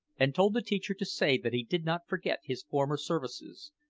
and told the teacher to say that he did not forget his former services,